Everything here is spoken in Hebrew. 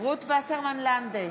רות וסרמן לנדה,